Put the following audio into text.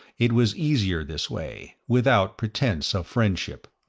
it was easier this way, without pretense of friendship.